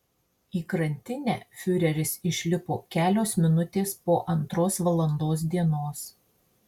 į krantinę fiureris išlipo kelios minutės po antros valandos dienos